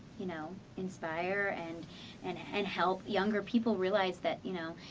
you know, inspire and and and help younger people realize that, you know,